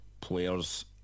players